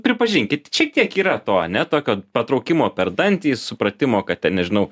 pripažinkit šiek tiek yra to ane tokio patraukimo per dantį supratimo kad ten nežinau